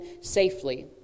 safely